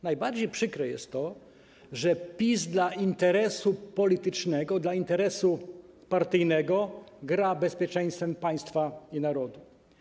Najbardziej przykre jest to, że PiS dla interesu politycznego, dla interesu partyjnego gra bezpieczeństwem państwa i narodu.